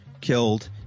killed